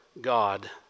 God